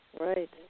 Right